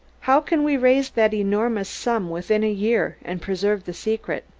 how can we raise that enormous sum within a year, and preserve the secret?